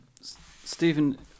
Stephen